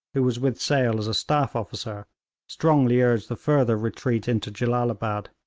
who was with sale as a staff-officer, strongly urged the further retreat into jellalabad.